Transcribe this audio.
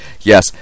Yes